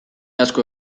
asko